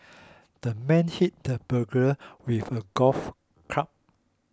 the man hit the burglar with a golf club